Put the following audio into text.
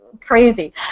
crazy